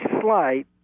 slight